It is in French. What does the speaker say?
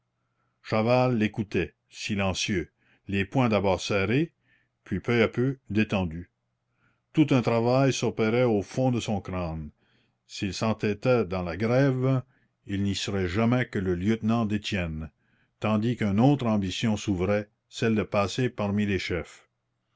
chaval l'écoutait silencieux les poings d'abord serrés puis peu à peu détendus tout un travail s'opérait au fond de son crâne s'il s'entêtait dans la grève il n'y serait jamais que le lieutenant d'étienne tandis qu'une autre ambition s'ouvrait celle de passer parmi les chefs